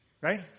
Right